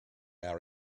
our